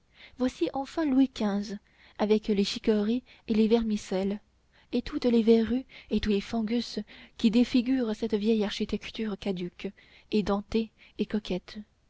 voici enfin louis xv avec les chicorées et les vermicelles et toutes les verrues et tous les fungus qui défigurent cette vieille architecture caduque édentée et coquette